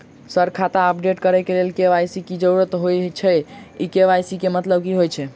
Sir खाता update करऽ लेल के.वाई.सी की जरुरत होइ छैय इ के.वाई.सी केँ मतलब की होइ छैय?